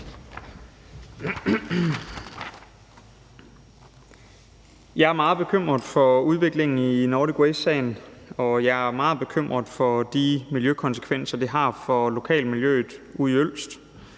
Jeg er meget bekymret for udviklingen i Nordic Waste-sagen, og jeg er meget bekymret for de miljøkonsekvenser, det har for lokalmiljøet ude